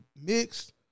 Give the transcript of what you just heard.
mixed